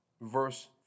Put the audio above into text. Verse